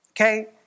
Okay